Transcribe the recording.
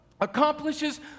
accomplishes